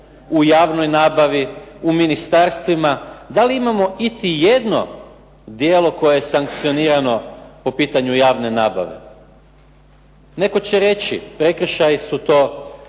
u javnoj nabavi, u ministarstvima, da li imamo iti jedno djelo koje je sankcionirano po pitanju javne nabave? Netko će reći prekršaji su to,